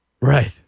Right